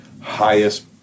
highest